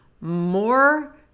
more